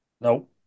No